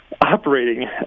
operating